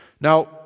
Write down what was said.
now